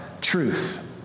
truth